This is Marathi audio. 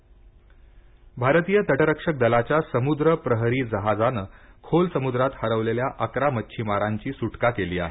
तामिळनाड मचिछमार भारतीय तटरक्षक दलाच्या समुद्र प्रहरी जहाजानं खोल समुद्रात हरवलेल्या अकरा मच्छीमारांची सुटका केली आहे